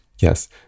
yes